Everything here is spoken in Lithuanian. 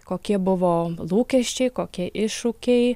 kokie buvo lūkesčiai kokie iššūkiai